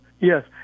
Yes